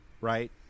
Right